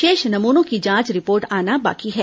शेष नमूनों की जांच रिपोर्ट आनी बाकी है